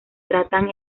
tratan